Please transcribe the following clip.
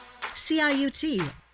CIUT